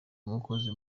umukozi